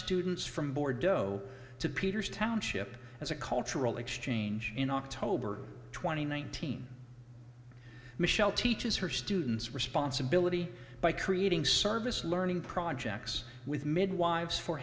students from bordeaux to peter's township as a cultural exchange in october twenty one thousand michelle teaches her students responsibility by creating service learning projects with midwives for